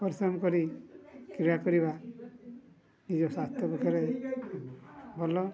ପରିଶ୍ରମ କରି କ୍ରୀଡ଼ା କରିବା ନିଜ ସ୍ୱାସ୍ଥ୍ୟ ପକ୍ଷରେ ଭଲ